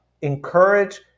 encourage